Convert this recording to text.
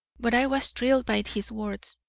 but i was thrilled by his words.